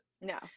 No